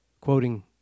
Quoting